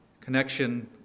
connection